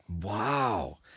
Wow